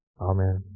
Amen